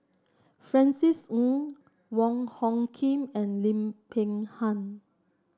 Francis Ng Wong Hung Khim and Lim Peng Han